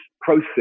process